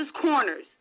corners